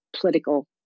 political